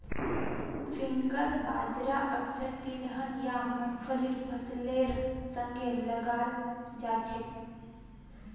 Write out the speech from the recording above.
finger बाजरा अक्सर तिलहन या मुंगफलीर फसलेर संगे लगाल जाछेक